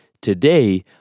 Today